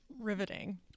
Riveting